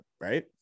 Right